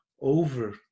over